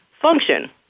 function